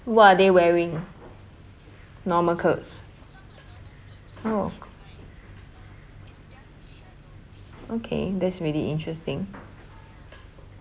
what are they wearing normal clothes oh okay that's really interesting